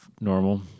normal